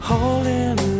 Holding